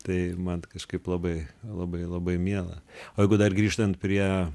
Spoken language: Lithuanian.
tai man kažkaip labai labai labai miela o jeigu dar grįžtant prie